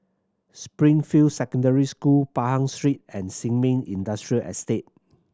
Springfield Secondary School Pahang Street and Sin Ming Industrial Estate